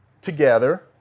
together